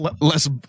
Less